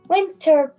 Winter